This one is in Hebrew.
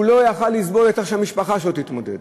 הוא לא יכול לסבול את זה שהמשפחה שלו תתמודד.